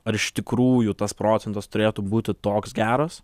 ar iš tikrųjų tas procentas turėtų būti toks geras